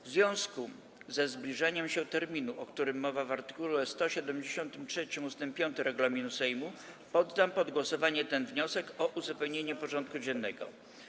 W związku ze zbliżaniem się terminu, o którym mowa w art. 173 ust. 5 regulaminu Sejmu, poddam pod głosowanie wniosek o uzupełnienie porządku dziennego.